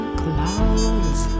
clouds